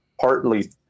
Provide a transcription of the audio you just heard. partly